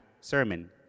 sermon